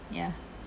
ya